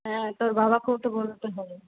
হ্যাঁ তোর বাবাকেও তো বলতে হবে